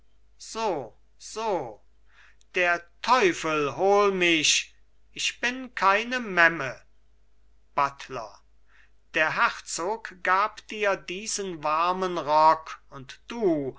so so der teufel hol mich ich bin keine memme buttler der herzog gab dir diesen warmen rock und du